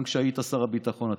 גם כשהיית שר הביטחון,